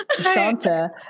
Shanta